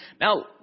Now